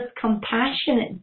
compassionate